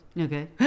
okay